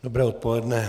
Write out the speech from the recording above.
Dobré odpoledne.